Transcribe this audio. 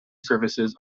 services